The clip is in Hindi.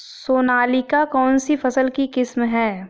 सोनालिका कौनसी फसल की किस्म है?